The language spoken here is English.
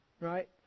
Right